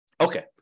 Okay